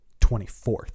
24th